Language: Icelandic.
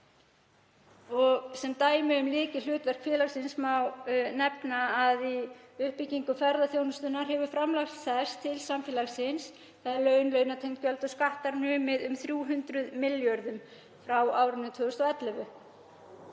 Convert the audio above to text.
Sem dæmi um lykilhlutverk félagsins í uppbyggingu ferðaþjónustunnar hefur framlag þess til samfélagsins, laun, launatengd gjöld og skattar, numið um 300 milljörðum kr. frá árinu 2011.